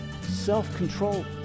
self-control